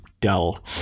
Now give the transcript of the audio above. dull